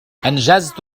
أنجزت